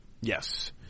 Yes